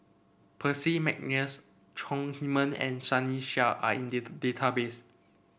Percy McNeice Chong Heman and Sunny Sia are in the database